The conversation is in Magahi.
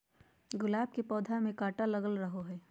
गुलाब के पौधा में काटा लगल रहो हय